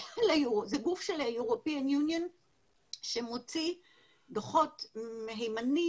זה גוף של האיחוד האירופאי שמוציא דוחות מהימנים